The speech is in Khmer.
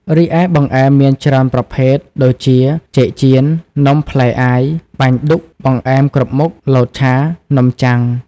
រីឯបង្អែមមានច្រើនប្រភែទដូចជា ចេកចៀន នំផ្លែអាយ បាញ់ឌុក បង្អែមគ្រប់មុខ លតឆា នំចាំង ។